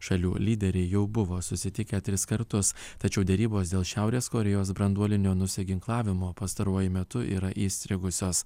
šalių lyderiai jau buvo susitikę tris kartus tačiau derybos dėl šiaurės korėjos branduolinio nusiginklavimo pastaruoju metu yra įstrigusios